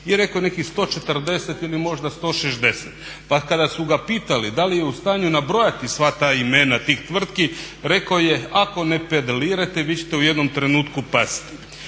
i rekao je nekih 140 ili možda 160. Pa kada su ga pitali da li je u stanju nabrojati sva ta imena tih tvrtki rekao je ako ne pedalirate vi ćete u jednom trenutku pasti.